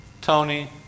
Tony